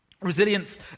Resilience